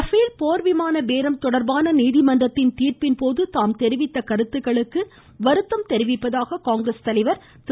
்பேல் போர்விமான பேரம் தொடர்பான நீதிமன்றத்தின் தீர்ப்பின்போது தாம் தெரிவித்த கருத்துக்களுக்கு வருத்தம் தெரிவிப்பதாக காங்கிரஸ் தலைவர் திரு